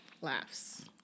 laughs